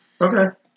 Okay